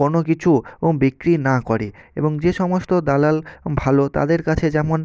কোনো কিছু বিক্রি না করে এবং যে সমস্ত দালাল ভালো তাদের কাছে যেমন